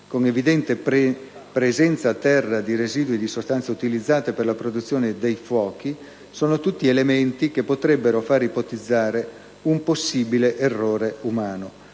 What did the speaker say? con evidente presenza a terra di residui di sostanze utilizzate per la produzione dei fuochi sono tutti elementi che potrebbero far ipotizzare un possibile errore umano